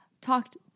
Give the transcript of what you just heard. Talked